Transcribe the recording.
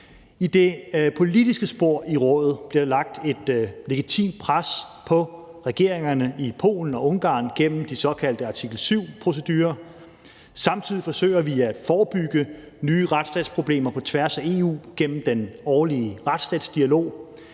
I det politiske spor i Rådet bliver der lagt et legitimt pres på regeringerne i Polen og Ungarn gennem de såkaldte artikel 7-procedurer. Samtidig forsøger vi at forebygge nye retsstatsproblemer på tværs af EU gennem den årlige retsstatsdialog.